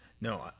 No